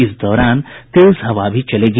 इस दौरान तेज हवा भी चलेगी